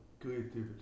Creativity